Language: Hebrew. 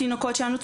התינוקות שלנו,